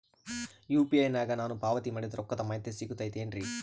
UPI ನಾಗ ನಾನು ಪಾವತಿ ಮಾಡಿದ ರೊಕ್ಕದ ಮಾಹಿತಿ ಸಿಗುತೈತೇನ್ರಿ?